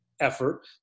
effort